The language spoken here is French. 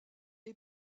est